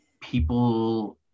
people